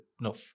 no